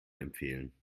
empfehlen